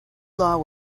law